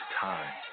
time